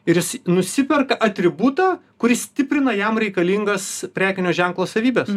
ir jis nusiperka atributą kuris stiprina jam reikalingas prekinio ženklo savybes